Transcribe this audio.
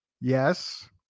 yes